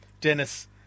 Dennis